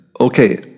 Okay